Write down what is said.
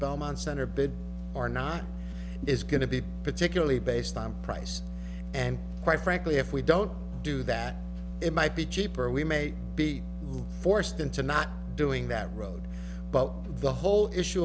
belmont center bid or not is going to be particularly based on price and quite frankly if we don't do that it might be cheaper we may be forced into not doing that road but the whole issue